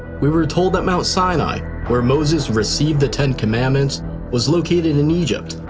we were told that mount sinai, where moses received the ten commandments was located in in egypt,